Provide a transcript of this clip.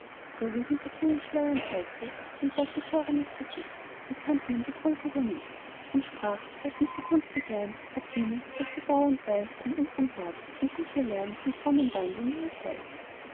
sowie nur hinter schleiern zeigte sein glattgeschorenes gesicht erkannt ihn bedrulbudur nicht und sprach laß mich die gunst begehren fatime daß du dauernd weilst an unserm herd und gute lehren zu frommem wandel mir erteilst